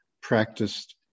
practiced